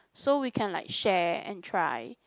so we can like share and try